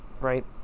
Right